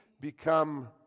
become